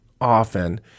often